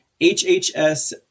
HHS